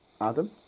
Adam